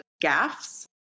gaffs